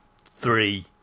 three